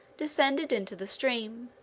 descended into the stream,